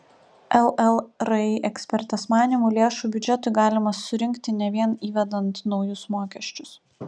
llri ekspertės manymu lėšų biudžetui galima surinkti ne vien įvedant naujus mokesčius